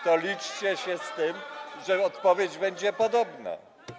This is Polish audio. to liczcie się z tym, że odpowiedź będzie podobna.